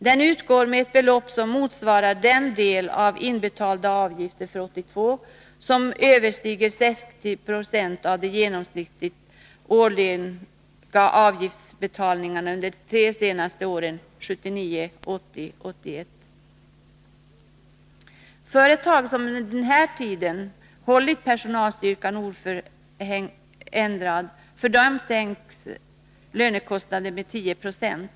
Den utgår med ett belopp som motsvarar den del av de inbetalda avgifterna för 1982 som överstiger 60 90 av de genomsnittliga årliga avgiftsinbetalningarna under de tre senaste åren, 1979, 1980 och 1981. För företag som under denna tid har hållit personalstyrkan oförändrad sänks lönekostnaden med 10 96.